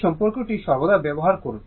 এই সম্পর্কটি সর্বদা ব্যবহার করুন ω i 2πT